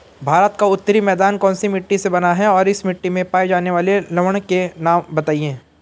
भारत का उत्तरी मैदान कौनसी मिट्टी से बना है और इस मिट्टी में पाए जाने वाले लवण के नाम बताइए?